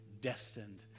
destined